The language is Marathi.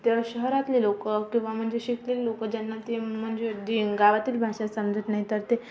तर शहरातली लोक किंवा म्हणजे शिकलेली लोक ज्यांना ती म्हणजे दिं गावातील भाषा समजत नाही तर ते